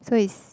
so is